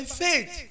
faith